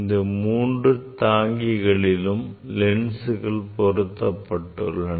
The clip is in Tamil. இந்த மூன்று தாங்கிகளிலும் லென்ஸ்கள் பொருத்தப்பட்டுள்ளன